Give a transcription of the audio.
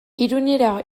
irunera